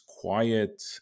quiet